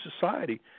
society